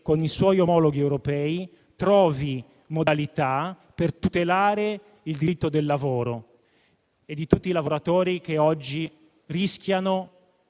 con i suoi omologhi europei trovi modalità per tutelare il diritto al lavoro di tutti coloro che oggi rischiano